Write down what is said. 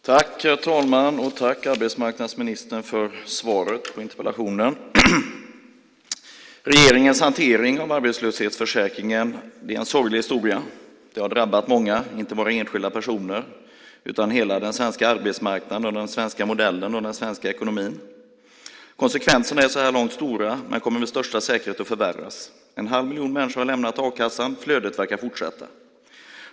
Herr talman! Tack, arbetsmarknadsministern, för svaret på interpellationen! Regeringens hantering av arbetslöshetsförsäkringen är en sorglig historia. Det har drabbat många, inte bara enskilda personer utan hela den svenska arbetsmarknaden, den svenska modellen och den svenska ekonomin. Konsekvenserna är så här långt stora men kommer med största säkerhet att förvärras. En halv miljon människor har lämnat a-kassan, och flödet verkar fortsätta.